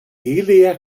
elia